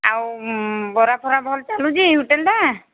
ଆଉ ବରା ଫରା ଭଲ୍ ଚାଲୁଛି ହୋଟେଲଟା